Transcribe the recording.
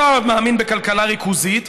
אתה מאמין בכלכלה ריכוזית,